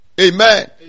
Amen